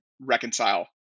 reconcile